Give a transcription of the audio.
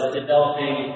developing